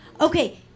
Okay